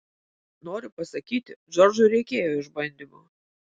noriu pasakyti džordžui reikėjo išbandymų